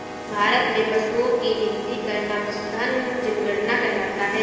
भारत में पशुओं की गिनती करना पशुधन जनगणना कहलाता है